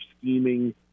scheming